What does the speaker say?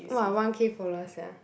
!wah! one K follower sia